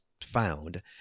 found